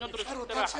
שנמשכת כבר שנים רבות.